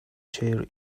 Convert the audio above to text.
chair